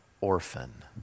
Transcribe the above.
orphan